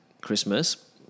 Christmas